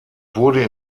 wurde